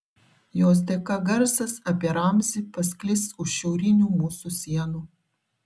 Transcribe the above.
jos dėka garsas apie ramzį pasklis už šiaurinių mūsų sienų